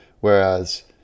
Whereas